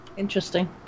Interesting